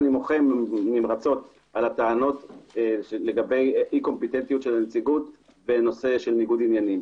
נמרצות על הטענות על איקומפיטנטיות של הנציגות בנושא של ניגוד עניינים.